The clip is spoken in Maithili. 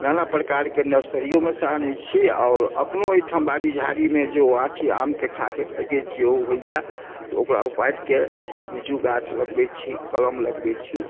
नाना प्रकारके नर्सरियोमेसँ आनैत छी आओर अपनो एहिठाम बारी झारीमे जँ ओ आँठी आम खाके फेकैत छियै ओ होइए तऽ ओकरा उपारि कऽ बिज्जू गाछ लगबैत छी कलम लगबैत छी